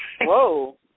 Whoa